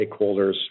stakeholders